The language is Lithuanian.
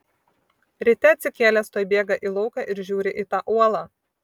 ryte atsikėlęs tuoj bėga į lauką ir žiūrį į tą uolą